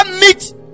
meet